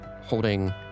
holding